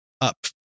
up